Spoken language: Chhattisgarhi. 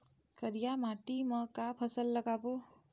करिया माटी म का फसल लगाबो?